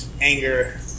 anger